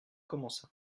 commença